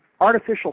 Artificial